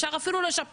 אפשר אפילו לשפר.